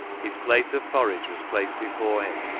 his plate of porridge was placed before him,